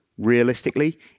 realistically